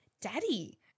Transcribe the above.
Daddy